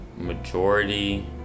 majority